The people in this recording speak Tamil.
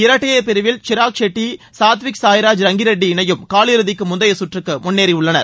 இரட்டையர் பிரிவில் சிராக் ஷெட்டி சாத்விக் சாய்ராஜ் ரங்கி ரெட்டி இணையும் காலியிறுதிக்கு முந்தைய சுற்றுக்கு முன்னேறியுள்ளனர்